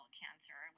cancer